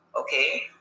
okay